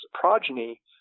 progeny